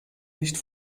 nicht